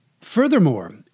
Furthermore